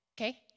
okay